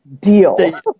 deal